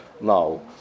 now